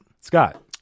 Scott